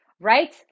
right